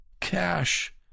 cash